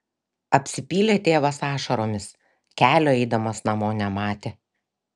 apsipylė tėvas ašaromis kelio eidamas namo nematė